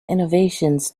innovations